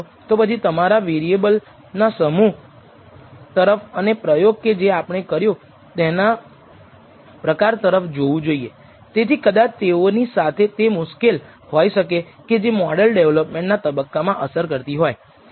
તેથી જો તમે 95 ટકા કોન્ફિડન્સ ઈન્ટર્વલસ ઇચ્છતા હોવ તો તે CI તરીકે પણ ઓળખાય છે અને તે બે બાજુ છે કારણ કે તે આ અંદાજિત મૂલ્યની ડાબી બાજુ અથવા અંદાજિત મૂલ્યની જમણી બાજુ હોઈ શકે છે